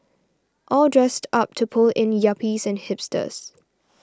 all dressed up to pull in yuppies and hipsters